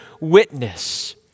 witness